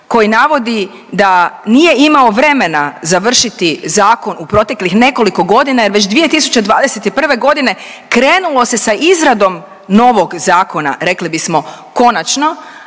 koji navodi da nije imao vremena završiti zakon u proteklih nekoliko godina jer već 2021. g. krenulo se sa izradom novog zakona, rekli bismo, konačno,